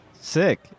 Sick